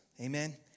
Amen